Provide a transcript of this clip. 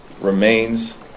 remains